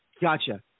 Gotcha